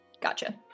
Gotcha